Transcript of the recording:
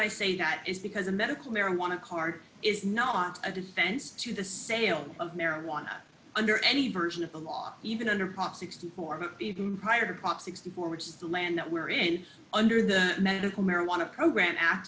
i say that is the because of medical marijuana card is not a defense to the sale of marijuana under any version of the law even under prop sixty four prior to prop sixty four which is the land that we're in under the medical marijuana program a